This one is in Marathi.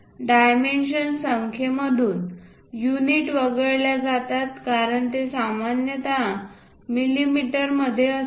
डायमेन्शन संख्येमधून युनिट वगळल्या जातात कारण ते सामान्यत मिलीमीटरमध्ये असतात